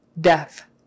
deaf